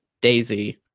Daisy